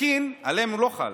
ותקין לא חלים